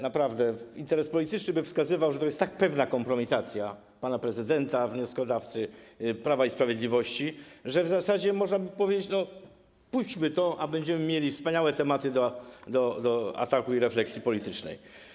Naprawdę interes polityczny by wskazywał, że to jest tak pewna kompromitacja pana prezydenta, wnioskodawcy, Prawa i Sprawiedliwości, że w zasadzie można by powiedzieć: puśćmy to, a będziemy mieli wspaniałe tematy do ataku i refleksji politycznej.